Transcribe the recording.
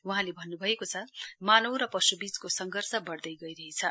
वहाँले भन्न् भएको छ मानव र पशुबीचको संघर्ष बढ्दै गइरहेछ